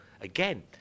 again